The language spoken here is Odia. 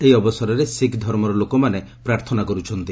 ଏହି ଅବସରରେ ଶିଖ୍ ଧର୍ମର ଲୋକମାନେ ପ୍ରାର୍ଥନା କରୁଛନ୍ତି